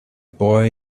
boy